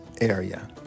area